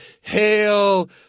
Hail